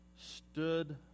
stood